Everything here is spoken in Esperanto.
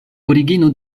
origino